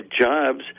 jobs